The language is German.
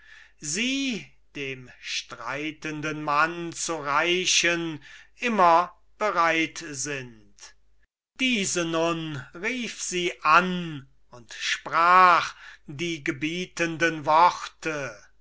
sie dem streitenden mann zu reichen immer bereit sind diese nun rief sie an und sprach die gebietenden worte